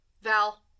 Val